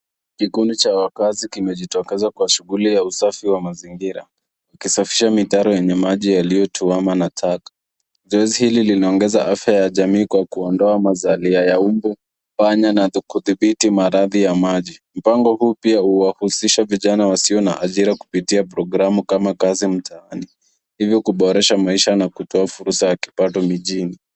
Kikundi cha wakazi kimejitokeza kwa shughuli ya usafi wa mazingira, ukisafisha mitaro yenye maji yaliyotuama na taka. Zoezi hili linaongeza afya ya jamii kwa kuondoa mazalia ya umbu, panya na kudhibiti maradhi ya maji. Mpango huu pia huwahusisha vijana wasio na ajira kupitia programu kama kazi mtaani hivyo kuboresha maisha na kutoa fursa ya kipato mijini.